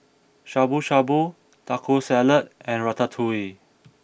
Shabu Shabu Taco Salad and Ratatouille